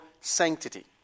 sanctity